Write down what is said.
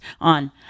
on